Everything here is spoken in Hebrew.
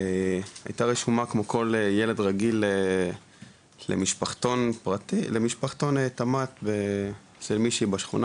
הייתה רשומה כמו כל ילד רגיל למשפחתון תמ"ת אצל מישהי בשכונה,